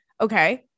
Okay